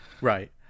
Right